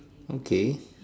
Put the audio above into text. okay